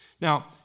Now